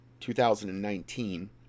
2019